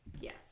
Yes